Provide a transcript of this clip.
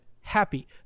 happy